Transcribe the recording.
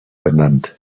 benannt